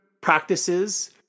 practices